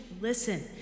listen